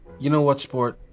you know what, sport?